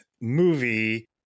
movie